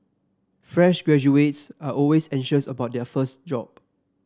fresh graduates are always anxious about their first job